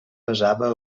basava